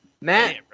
Matt